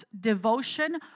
devotion